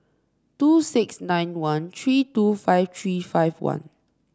two six nine one three two five three five one